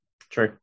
True